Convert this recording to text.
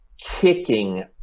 kicking